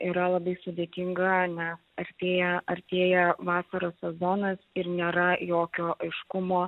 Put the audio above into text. yra labai sudėtinga nes artėja artėja vasaros sezonas ir nėra jokio aiškumo